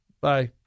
Bye